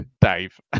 Dave